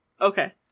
Okay